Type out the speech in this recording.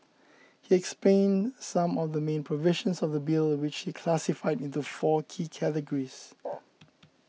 he explained some of the main provisions of the Bill which he classified into four key categories